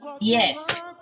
Yes